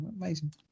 amazing